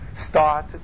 Start